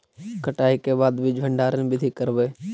कटाई के बाद बीज भंडारन बीधी करबय?